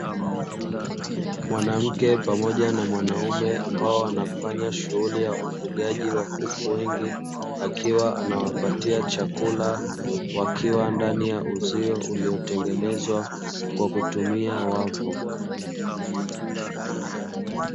Mwanamke pamoja na mwanaume ambao wanafanya shughuli ya ufugaji wa kuku wengi, akiwa anawapatia chakula wakiwa ndani ya uzio uliyotengenezwa kwa kutumia wavu.